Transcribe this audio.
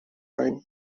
ein